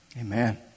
Amen